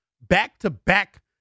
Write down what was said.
Back-to-back